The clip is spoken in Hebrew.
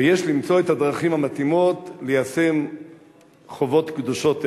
ויש למצוא את הדרכים המתאימות ליישם חובות קדושות אלו,